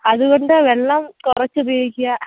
അതുകൊണ്ട് വെള്ളം കുറച്ച് ഉപയോഗിക്കുക